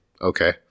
Okay